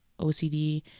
OCD